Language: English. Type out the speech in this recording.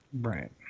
Right